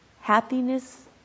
Happiness